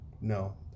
No